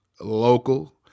local